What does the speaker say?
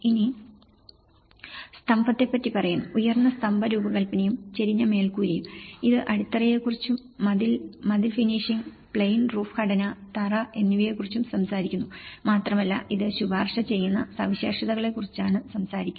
ഇനി സ്തംഭത്തെപ്പറ്റി പറയുന്നു ഉയർന്ന സ്തംഭ രൂപകല്പനയും ചരിഞ്ഞ മേൽക്കൂരയും ഇത് അടിത്തറയെക്കുറിച്ചും മതിൽ മതിൽ ഫിനിഷിംഗ് പ്ലെയിൻ റൂഫ് ഘടന തറ എന്നിവയെക്കുറിച്ചും സംസാരിക്കുന്നു മാത്രമല്ല ഇത് ശുപാർശ ചെയ്യുന്ന സവിശേഷതകളെക്കുറിച്ചാണ് സംസാരിക്കുന്നത്